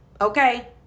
Okay